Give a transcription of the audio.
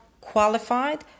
qualified